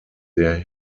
der